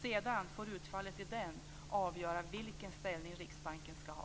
Sedan får utfallet i den avgöra vilken ställning Riksbanken skall ha.